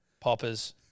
poppers